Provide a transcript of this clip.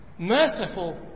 merciful